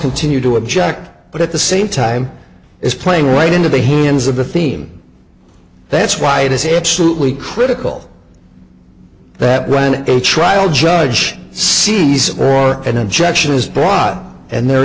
continue to object but at the same time is playing right into the hands of the theme that's why it is absolutely critical that when it goes to trial judge sees or an objection is broad and there